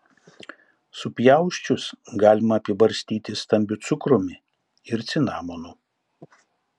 supjausčius galima apibarstyti stambiu cukrumi ir cinamonu